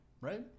right